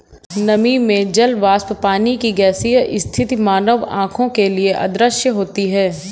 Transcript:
नमी में जल वाष्प पानी की गैसीय स्थिति मानव आंखों के लिए अदृश्य होती है